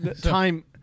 time